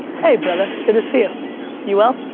hey brother, good to see you. you well?